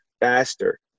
faster